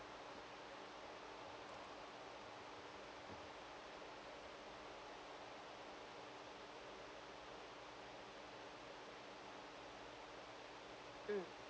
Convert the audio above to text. mm